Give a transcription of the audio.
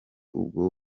ubwo